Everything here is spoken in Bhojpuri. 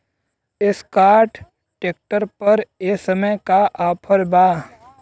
एस्कार्ट ट्रैक्टर पर ए समय का ऑफ़र बा?